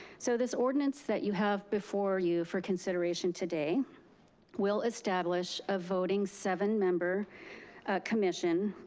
so this ordinance that you have before you for consideration today will establish a voting seven member commission.